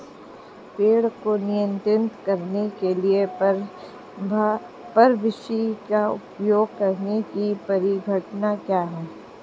पीड़कों को नियंत्रित करने के लिए परभक्षी का उपयोग करने की परिघटना क्या है?